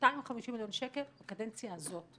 250 מיליון שקל בקדנציה הזאת,